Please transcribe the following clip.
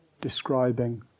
describing